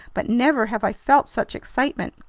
but never have i felt such excitement!